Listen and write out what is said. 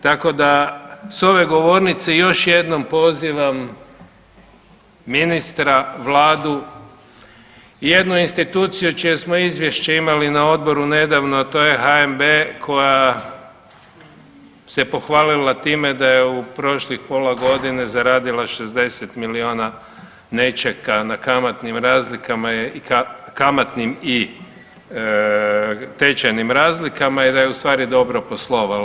Tako da s ove govornice još jednom pozivam ministra, vladu i jednu instituciju čije smo izvješće imali na odboru nedavno, a to je HNB koja se pohvalila time da je u prošlih pola godine zaradila 60 miliona nečega na kamatnim razlikama je i kamatnim i tečajnim razlikama i da je ustvari dobro poslovala.